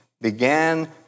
began